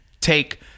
take